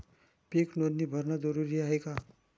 पीक नोंदनी भरनं जरूरी हाये का?